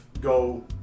go